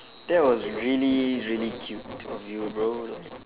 that was really really cute of you bro